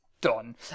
Done